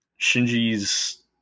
Shinji's